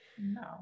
no